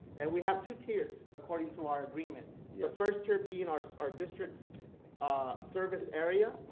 and we have two tiers according to our agreement. the first tier being our our district's ah service area,